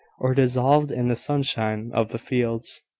or dissolved in the sunshine of the fields.